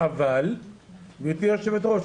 אבל גבירתי היו"ר,